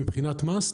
מבחינת מס,